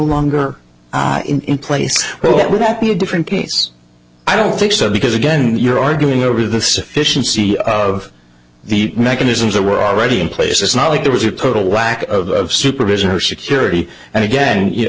longer in place well that would that be a different case i don't think so because again you're arguing over the sufficiency of the mechanisms that were already in place it's not like there was a total lack of supervision or security and again you know